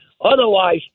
Otherwise